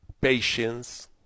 Patience